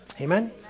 Amen